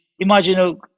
Imagine